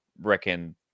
reckon